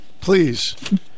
please